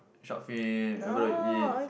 sharkfin we were able to eat